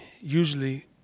usually